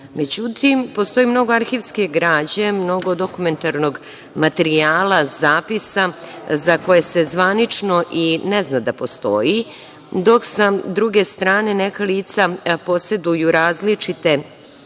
nalazi.Međutim, postoji mnogo arhivske građe, mnogo dokumentarnog materijala, zapisa za koje se zvanično i ne zna da postoji, dok sa druge strane neka lica poseduju različite